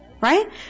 Right